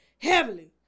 Heavily